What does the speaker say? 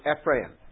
Ephraim